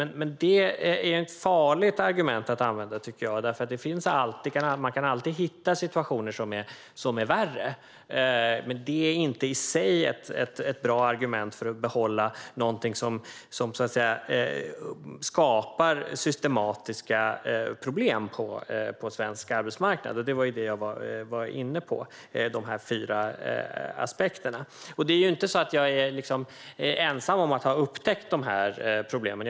Men det är ett farligt argument att använda, tycker jag, för man kan alltid hitta situationer som är värre, men det i sig är inte ett bra argument för att behålla någonting som skapar systematiska problem på svensk arbetsmarknad. Det var de här fyra aspekterna jag var inne på. Jag är inte ensam om att ha upptäckt de här problemen.